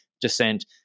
descent